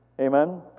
Amen